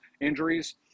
injuries